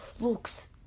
looks